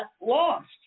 lost